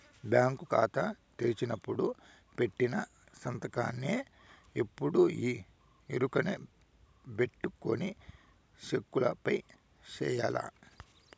bank కాతా తెరిసినపుడు పెట్టిన సంతకాన్నే ఎప్పుడూ ఈ ఎరుకబెట్టుకొని సెక్కులవైన సెయ్యాల